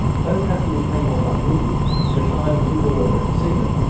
both happily came off unwounded, and retired in good order at the signal,